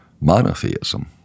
monotheism